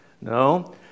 No